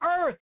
earth